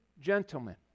gentlemen